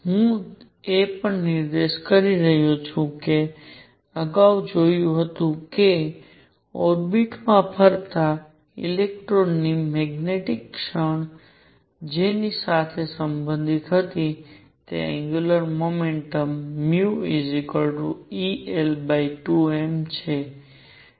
હું એ પણ નિર્દેશ કરું છું કે આપણે અગાઉ જોયું હતું કે ઓર્બિટ માં ફરતા ઇલેક્ટ્રોનની મેગ્નેટિક ક્ષણ જેની સાથે સંબંધિત હતી તે એંગ્યુલર મોમેન્ટમ el2m છે